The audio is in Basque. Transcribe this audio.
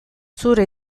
zure